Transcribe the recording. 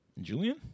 Julian